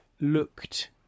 looked